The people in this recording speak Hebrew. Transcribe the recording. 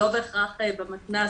לא בהכרח במתנ"ס,